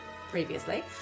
previously